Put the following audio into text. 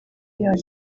your